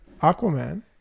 Aquaman